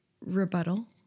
Rebuttal